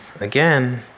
again